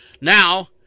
Now